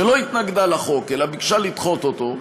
שלא התנגדה לחוק אלא ביקשה לדחות את העלאתו.